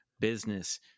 Business